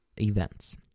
events